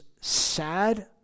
sad